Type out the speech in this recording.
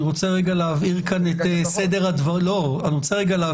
אני רוצה להבהיר את סדר הדברים.